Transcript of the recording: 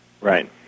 Right